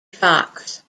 fox